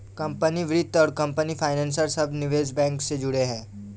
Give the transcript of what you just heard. company वित्त और company financier शब्द निवेश बैंक से जुड़े हैं